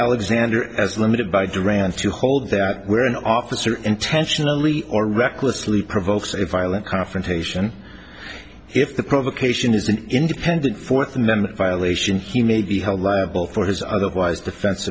alexander as limited by duran's to hold there where an officer intentionally or recklessly provokes a violent confrontation if the provocation is an independent fourth amendment violation hugh may be held liable for his otherwise defense